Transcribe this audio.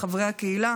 לחברי הקהילה